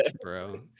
bro